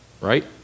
Right